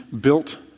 built